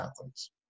athletes